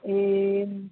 ए